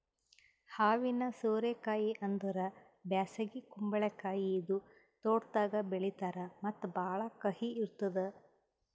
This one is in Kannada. ಹಾವಿನ ಸೋರೆ ಕಾಯಿ ಅಂದುರ್ ಬ್ಯಾಸಗಿ ಕುಂಬಳಕಾಯಿ ಇದು ತೋಟದಾಗ್ ಬೆಳೀತಾರ್ ಮತ್ತ ಭಾಳ ಕಹಿ ಇರ್ತುದ್